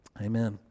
amen